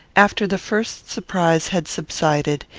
after the first surprise had subsided,